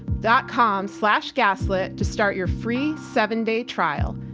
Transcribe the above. dot com slash gaslit to start your free seven day trial.